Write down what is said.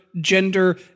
gender